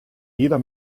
jeder